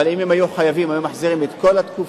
אבל אם הם היו חייבים, היו מחזירים על כל התקופה.